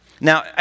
Now